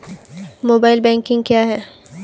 Mobile banking क्या है?